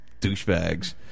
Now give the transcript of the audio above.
Douchebags